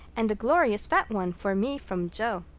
and a glorious fat one for me from jo.